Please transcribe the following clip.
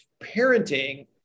parenting